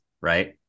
right